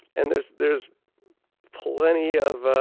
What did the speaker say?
and there's there's plenty of